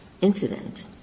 incident